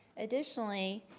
additionally,